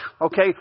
okay